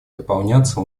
дополняться